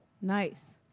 Nice